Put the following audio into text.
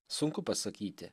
sunku pasakyti